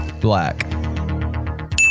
Black